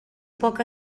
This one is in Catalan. poc